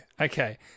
Okay